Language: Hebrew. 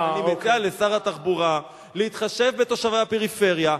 אני מציע לשר התחבורה להתחשב בתושבי הפריפריה,